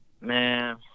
Man